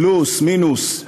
פלוס, מינוס,